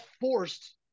forced